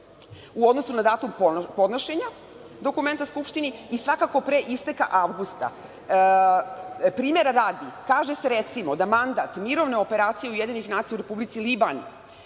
u odnosu na datum podnošenja dokumenta Skupštini i svakako pre isteka avgusta. Primera radi, kaže se, recimo, da je mandat Mirovne operacije UN u Republici Liban